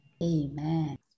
Amen